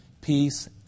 peace